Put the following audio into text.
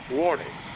warning